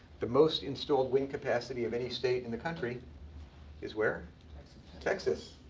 the most installed wind capacity of any state in the country is where texas.